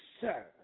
sir